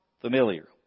familiar